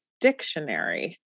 Dictionary